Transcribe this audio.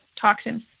toxins